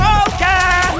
okay